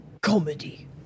comedy